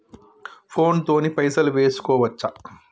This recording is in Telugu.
ఫోన్ తోని పైసలు వేసుకోవచ్చా?